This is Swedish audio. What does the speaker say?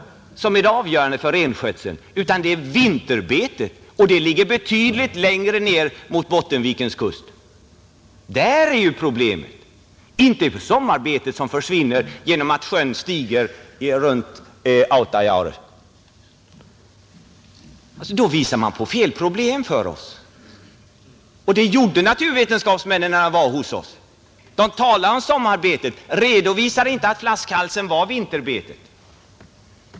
Det är inte det som är avgörande för renskötseln, utan det är vinterbetet — och det ligger betydligt längre ner mot Bottenvikens kust. Problemet är inte det sommarbete som försvinner genom att sjön Autajaure stiger. Den som påstår det visar på fel problem för oss. Och det gjorde naturvetenskapsmännen. De talade om sommarbetet men redovisade inte att flaskhalsen var vinterbetet.